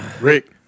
Rick